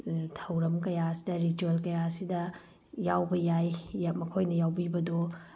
ꯊꯧꯔꯝ ꯀꯌꯥꯁꯤꯗ ꯔꯤꯆꯨꯋꯦꯜ ꯀꯌꯥꯁꯤꯗ ꯌꯥꯎꯕ ꯌꯥꯏ ꯃꯈꯣꯏꯅ ꯌꯥꯎꯕꯤꯕꯗꯣ